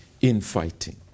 infighting